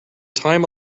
time